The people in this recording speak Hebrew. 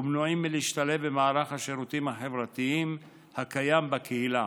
ומנועים מלהשתלב במערך השירותים החברתיים הקיים בקהילה.